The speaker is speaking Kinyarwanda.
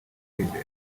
kwizerwa